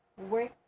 work